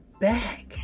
back